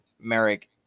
Merrick